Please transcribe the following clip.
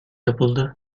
yapıldı